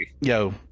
Yo